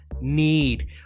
need